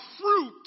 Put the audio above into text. fruit